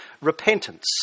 repentance